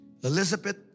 Elizabeth